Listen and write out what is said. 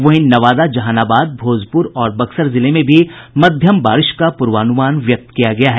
वहीं नवादा जहानाबाद भोजपूर और बक्सर जिले में भी मध्यम बारिश का पूर्वान्मान व्यक्त किया गया है